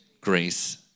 grace